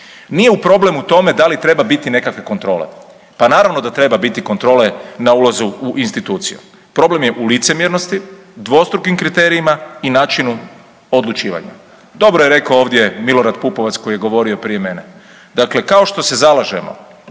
Nije problem u tome da li treba biti nekakve kontrole, pa naravno da treba biti kontrole na ulazu u instituciju, problem je u licemjernosti, dvostrukim kriterijima i načinu odlučivanja. Dobro je rekao ovdje Milorad Pupovac koji je govorio prije mene. Dakle, kao što se zalažemo